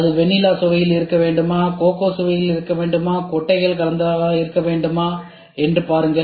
இது வெண்ணிலா சுவையில் இருக்க வேண்டுமா அது கோகோ சுவையில் இருக்க வேண்டுமா அது கொட்டைகள் கலந்ததாக இருக்க வேண்டுமா என்று பாருங்கள்